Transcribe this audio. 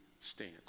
stand